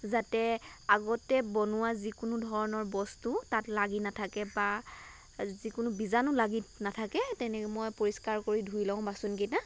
যাতে আগতে বনুওৱা যিকোনো ধৰণৰ বস্তু তাত লাগি নাথাকে বা যিকোনো বীজাণু লাগি নাথাকে তেনেকৈ মই পৰিষ্কাৰ কৰি ধুই লওঁ বাচনকেইটা